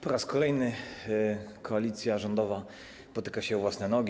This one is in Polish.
Po raz kolejny koalicja rządowa potyka się o własne nogi.